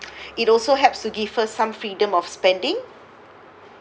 it also helps to give her first some freedom of spending